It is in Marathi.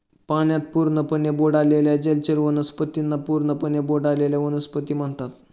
पाण्यात पूर्णपणे बुडालेल्या जलचर वनस्पतींना पूर्णपणे बुडलेल्या वनस्पती म्हणतात